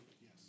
yes